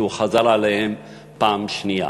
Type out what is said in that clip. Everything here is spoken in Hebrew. שהוא חזר עליהם פעם שנייה.